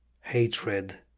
hatred